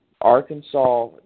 Arkansas